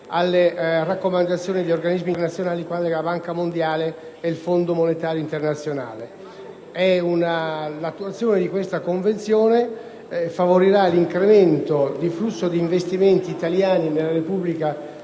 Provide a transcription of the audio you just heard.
alle raccomandazioni di organismi internazionali quali la Banca mondiale e il Fondo monetario internazionale. L'attuazione di questo Accordo favorirà l'incremento del flusso di investimenti italiani nella Repubblica